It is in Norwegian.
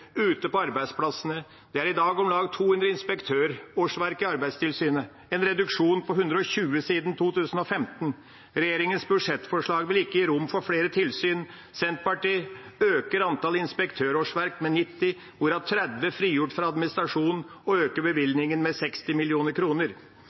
ute på arbeidsplassene. Det er i dag om lag 200 inspektørårsverk i Arbeidstilsynet, en reduksjon på 120 siden 2015. Regjeringas budsjettforslag vil ikke gi rom for flere tilsyn. Senterpartiet øker antallet inspektørårsverk med 90, hvorav 30 frigjort fra administrasjonen, og øker